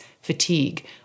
fatigue